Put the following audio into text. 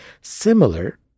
similar